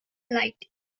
light